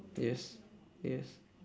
yes yes